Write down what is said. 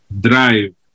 drive